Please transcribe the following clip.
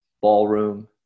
ballroom